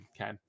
okay